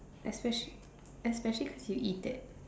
especial~ especially cause you eat it